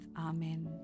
Amen